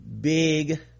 big